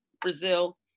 Brazil